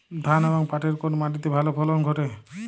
ধান এবং পাটের কোন মাটি তে ভালো ফলন ঘটে?